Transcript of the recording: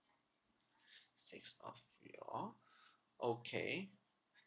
six of you all okay